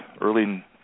early